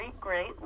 great